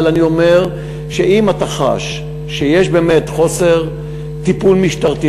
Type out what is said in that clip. אבל אני אומר שאם אתה חש שיש באמת חוסר טיפול משטרתי,